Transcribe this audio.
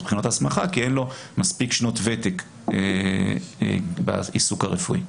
בחינות ההסמכה כי אין לו מספיק שנות ותק בעיסוק הרפואי.